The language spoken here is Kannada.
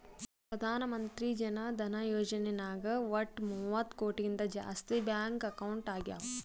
ಪ್ರಧಾನ್ ಮಂತ್ರಿ ಜನ ಧನ ಯೋಜನೆ ನಾಗ್ ವಟ್ ಮೂವತ್ತ ಕೋಟಿಗಿಂತ ಜಾಸ್ತಿ ಬ್ಯಾಂಕ್ ಅಕೌಂಟ್ ಆಗ್ಯಾವ